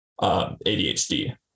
ADHD